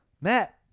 Matt